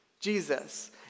Jesus